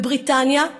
בבריטניה,